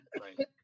Right